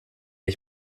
ich